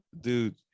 Dude